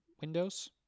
Windows